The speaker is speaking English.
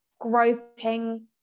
groping